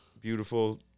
beautiful